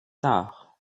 tard